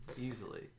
easily